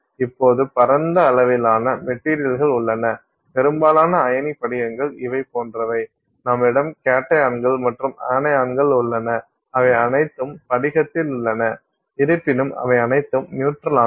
இப்போது பரந்த அளவிலான மெட்டீரியல்கள் உள்ளன பெரும்பாலான அயனி படிகங்கள் இவை போன்றவை நம்மிடம் கேட்டயான்கள் மற்றும் அனாயான்கள் உள்ளன அவை அனைத்தும் படிகத்தில் உள்ளன இருப்பினும் அவை அனைத்தும் நியூட்ரலானவை